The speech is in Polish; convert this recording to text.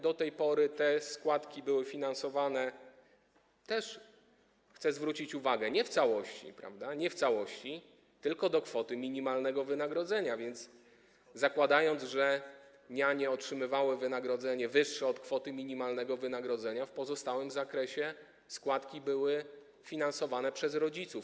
Do tej pory te składki były finansowane, chcę zwrócić na to uwagę, nie w całości, tylko do kwoty minimalnego wynagrodzenia, więc zakładając, że nianie otrzymywały wynagrodzenie wyższe od kwoty minimalnego wynagrodzenia, w pozostałym zakresie składki były finansowane przez rodziców.